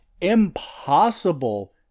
impossible